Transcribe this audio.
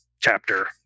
chapter